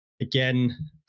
again